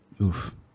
Oof